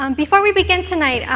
um before we begin tonight,